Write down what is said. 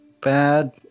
bad